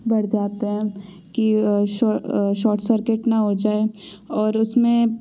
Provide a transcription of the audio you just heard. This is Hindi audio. बढ़ जाते हैं कि शोर्ट शोर्ट सर्किट ना हो जाए और उस में